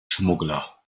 schmuggler